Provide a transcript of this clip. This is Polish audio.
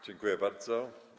Dziękuję bardzo.